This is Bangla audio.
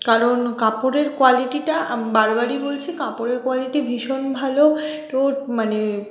কারণ কাপড়ের কোয়ালিটিটা বারবারই বলছি কাপড়ের কোয়ালিটি ভীষণ ভালো মানে